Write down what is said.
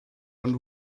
ond